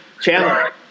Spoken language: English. Chandler